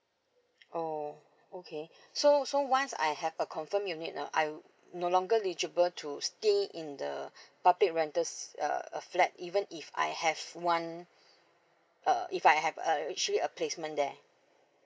oh okay so so once I have a confirm unit ah I'm no longer eligible to stay in the public rentals a a flat even if I have one uh if I have a actually a placement there